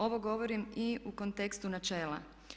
Ovo govorim i u kontekstu načela.